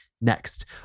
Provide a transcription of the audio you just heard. Next